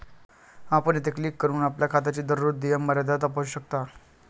आपण येथे क्लिक करून आपल्या खात्याची दररोज देय मर्यादा तपासू शकता